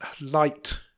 light